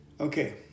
okay